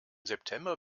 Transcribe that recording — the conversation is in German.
september